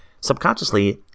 subconsciously